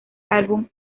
álbum